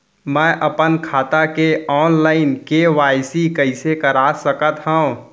मैं अपन खाता के ऑनलाइन के.वाई.सी कइसे करा सकत हव?